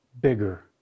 bigger